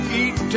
eat